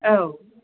औ